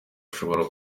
ashobora